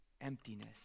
emptiness